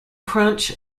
crunch